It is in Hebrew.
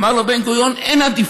אמר לו בן-גוריון: אין עדיפות.